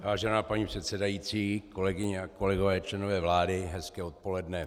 Vážená paní předsedající, kolegyně a kolegové, členové vlády, hezké odpoledne.